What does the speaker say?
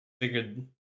figured